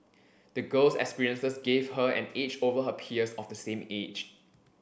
the girl's experiences gave her an edge over her peers of the same age